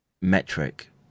metric